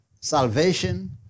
salvation